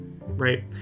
right